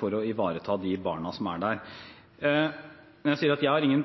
for å ivareta de barna som er der. Når jeg sier «jeg har ingen